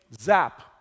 zap